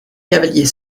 cavalier